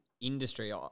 industry